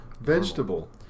Vegetable